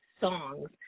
songs